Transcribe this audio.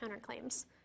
counterclaims